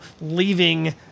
leaving